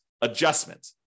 adjustment